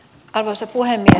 arvoisa puhemies